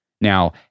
Now